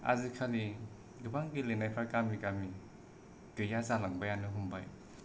आजिखालि गोबां गेलेनायफोरा गामि गामि गैया जालांनो हमबाय